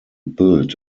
built